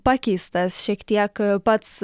pakeistas šiek tiek pats